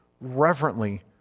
reverently